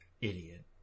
Idiot